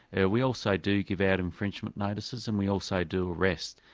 and we also do give out infringement notices and we also do arrest.